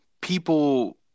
people